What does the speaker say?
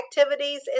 activities